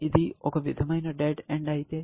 ఇది ఒక విధమైన డెడ్ ఎండ్ అయితే